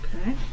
Okay